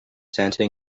centre